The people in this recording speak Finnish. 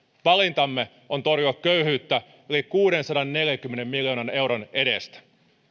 valintamme on torjua köyhyyttä yli kuudensadanneljänkymmenen miljoonan euron edestä